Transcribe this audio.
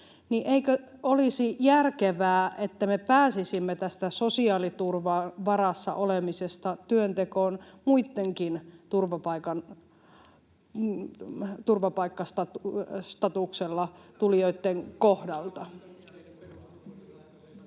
eikö olisi järkevää, että me pääsisimme tästä sosiaaliturvan varassa olemisesta työntekoon muittenkin turvapaikkastatuksella tulijoitten kohdalla.